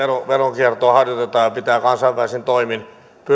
veronkiertoa harjoitetaan ja pitää kansainvälisin toimin